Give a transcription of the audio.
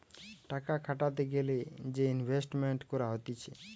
টাকা খাটাতে গ্যালে যে ইনভেস্টমেন্ট করা হতিছে